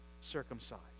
circumcised